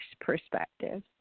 perspective